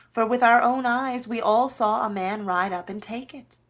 for with our own eyes we all saw a man ride up and take it.